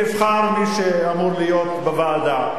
נבחר מי שאמור להיות בוועדה.